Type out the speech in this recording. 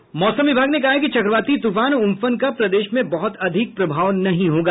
मौसम विभाग ने कहा है कि चक्रवाती तूफान उम्फन का प्रदेश में बहुत अधिक प्रभाव नहीं होगा